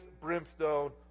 brimstone